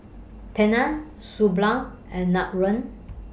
Tena Suu Balm and Nutren